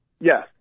Yes